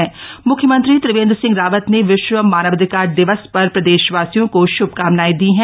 म्ख्यमंत्री त्रिवेन्द्र सिंह रावत ने विश्व मानवाधिकार दिवस पर प्रदेशवासियों को श्भकामनाएं दी हैं